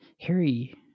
Harry